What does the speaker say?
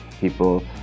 people